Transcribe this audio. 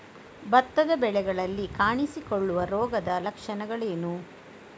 ಭತ್ತದ ಬೆಳೆಗಳಲ್ಲಿ ಕಾಣಿಸಿಕೊಳ್ಳುವ ರೋಗದ ಲಕ್ಷಣಗಳೇನು?